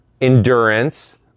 endurance